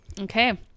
Okay